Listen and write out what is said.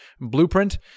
blueprint